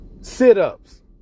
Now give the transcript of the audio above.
Sit-ups